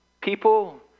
people